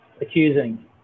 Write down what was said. accusing